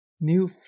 New